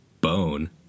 bone